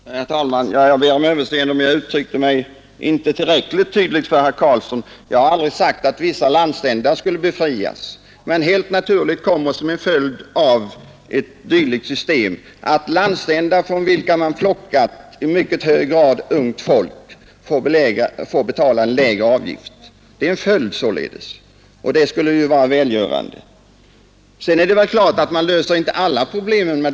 Herr talman! Jag ber om överseende om jag inte uttryckte mig tillräckligt tydligt för herr Karlsson i Ronneby. Jag har aldrig sagt att vissa landsändar skulle befrias från ATP-avgift. Men om man från vissa landsändar plockar bort många unga människor, så blir det givetvis en naturlig följd att man där får betala en lägre avgift. Och det kan ju vara välgörande. Men sedan är det klart att vi inte därmed löser alla problem.